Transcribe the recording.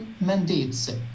mandates